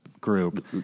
group